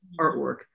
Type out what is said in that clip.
artwork